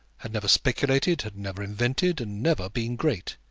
had never speculated, had never invented, and never been great.